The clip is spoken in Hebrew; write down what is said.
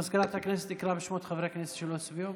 מזכירת הכנסת תקרא בשמות חברי הכנסת שלא הצביעו,